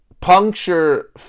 Puncture